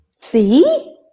See